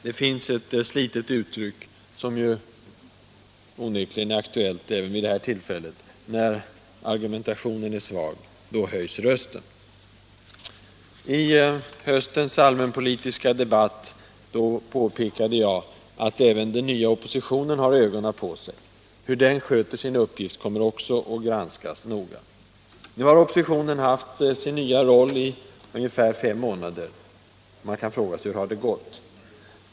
Det finns ett slitet uttryck som onekligen är aktuellt även vid det här tillfället: När argumentationen är svag, då höjs rösten. I höstens allmänpolitiska debatt påpekade jag att även den nya oppositionen har ögonen på sig. Hur den sköter sin uppgift kommer också att granskas noggrant. Nu har oppositionen haft sin nya roll i fem månader. Hur har det gått?